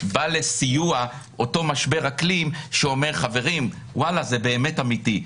בא לסיוע אותו משבר אקלים שאומר שזה באמת אמיתי,